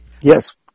Yes